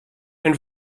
and